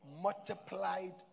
multiplied